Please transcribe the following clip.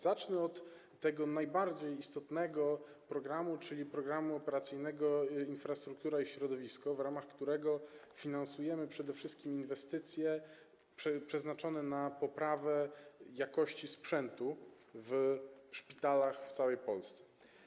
Zacznę od najbardziej istotnego programu, czyli Programu Operacyjnego „Infrastruktura i środowisko”, w ramach którego finansujemy przede wszystkim inwestycje przeznaczone na poprawę jakości sprzętu w szpitalach w całej Polsce.